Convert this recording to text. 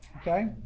okay